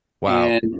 Wow